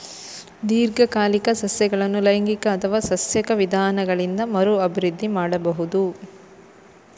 ದೀರ್ಘಕಾಲಿಕ ಸಸ್ಯಗಳನ್ನು ಲೈಂಗಿಕ ಅಥವಾ ಸಸ್ಯಕ ವಿಧಾನಗಳಿಂದ ಮರು ಅಭಿವೃದ್ಧಿ ಮಾಡಬಹುದು